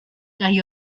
gai